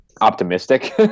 optimistic